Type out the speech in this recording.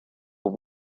pour